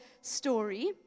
story